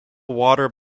water